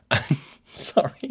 Sorry